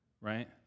right